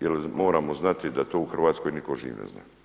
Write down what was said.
jel moramo znati da to u Hrvatskoj niko živ ne zna.